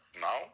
now